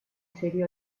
serie